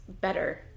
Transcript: better